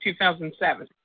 2007